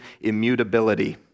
immutability